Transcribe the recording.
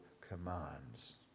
commands